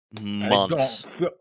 Months